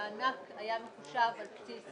המענק היה מחושב על בסיס